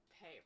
pay